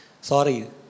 Sorry